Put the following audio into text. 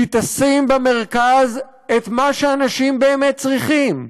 שהיא תשים במרכז את מה שאנשים באמת צריכים: